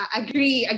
agree